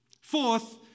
Fourth